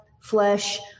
flesh